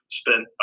spent